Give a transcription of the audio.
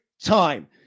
time